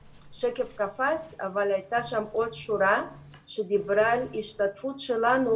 השקף קפץ אבל הייתה שם עוד שורה שדיברה על השתתפות שלנו